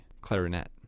clarinet